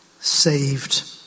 saved